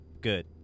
good